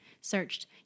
searched